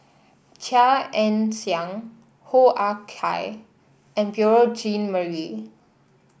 Chia Ann Siang Hoo Ah Kay and Beurel Jean Marie